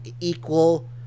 equal